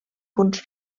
punts